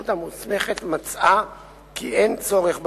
אם הרשות המוסמכת מצאה כי אין צורך בדבר.